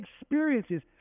experiences